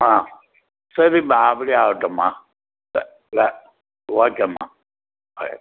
ஆ சரிம்மா அப்படியே ஆகட்டும்மா ஓகேம்மா பை